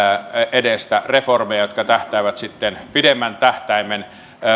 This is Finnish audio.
edestä reformeja jotka tähtäävät sitten pidemmän tähtäimen